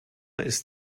ist